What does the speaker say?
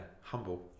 Humble